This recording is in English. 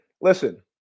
listen